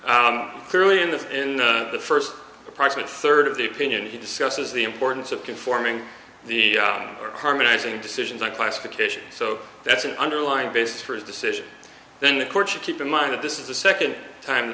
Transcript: clearly in the in the first approximate third of the opinion he discusses the importance of conforming the harmonizing decisions on classification so that's an underlying basis for his decision then the court should keep in mind that this is the second time t